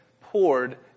poured